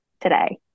today